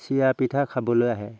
চিৰা পিঠা খাবলৈ আহে